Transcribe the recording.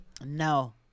No